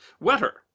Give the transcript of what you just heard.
wetter